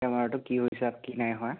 বেমাৰটো কি হৈছে কি নাই হোৱা